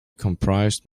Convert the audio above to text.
comprised